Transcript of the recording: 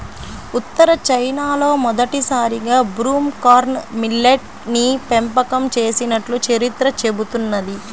ఉత్తర చైనాలో మొదటిసారిగా broom corn millet ని పెంపకం చేసినట్లు చరిత్ర చెబుతున్నది